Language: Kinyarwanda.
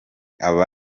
aba